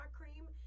cream